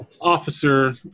Officer